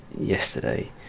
yesterday